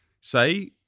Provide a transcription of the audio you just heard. say